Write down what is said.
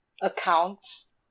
accounts